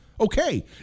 Okay